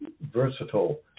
versatile